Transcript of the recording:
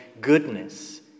goodness